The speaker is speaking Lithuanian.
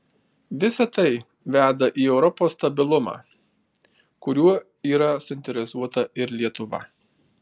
visa tai veda į europos stabilumą kuriuo yra suinteresuota ir lietuva